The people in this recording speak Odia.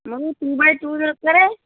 ଆମକୁ ଟୁ ବାଏ ଟୁ ଦରକାର